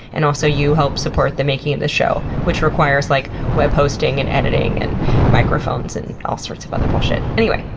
and also you help support the making of this show, which requires like web hosting, and editing, and microphones and all sorts of other bullshit. anyway,